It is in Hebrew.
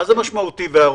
מה זה פרק זמן משמעותי וארוך?